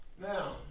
Now